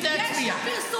יש לו פרסומים ממומנים,